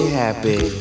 happy